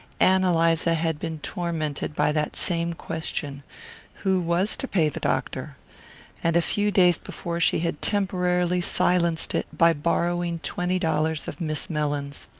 ann eliza had been tormented by that same question who was to pay the doctor and a few days before she had temporarily silenced it by borrowing twenty dollars of miss mellins.